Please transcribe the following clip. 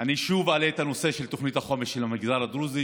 אני שוב אעלה את הנושא של תוכנית החומש של המגזר הדרוזי,